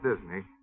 Disney